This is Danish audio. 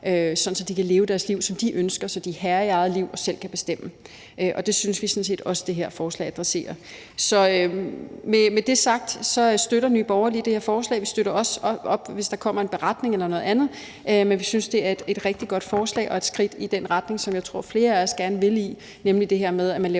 at de kan leve deres liv, som de ønsker, så de er herre i eget liv og selv kan bestemme. Det synes vi sådan set også at det her forslag adresserer Med det sagt støtter Nye Borgerlige det her forslag, og vi støtter også op, hvis der kommer en beretning eller noget andet. Vi synes det er et rigtig godt forslag og et skridt i den retning, som jeg tror flere af os gerne vil gå, nemlig at lave